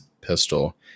pistol